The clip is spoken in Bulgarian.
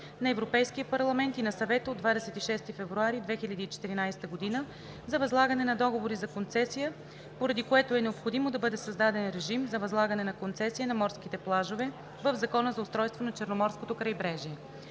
на Европейския парламент и на Съвета от 26 февруари 2014 г. за възлагане на договори за концесия, поради което е необходимо да бъде създаден режим за възлагане на концесия на морските плажове в Закона за устройството на Черноморското крайбрежие.